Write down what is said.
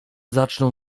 zaczną